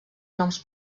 noms